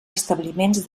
establiments